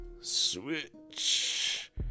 switch